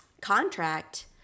contract